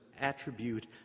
attribute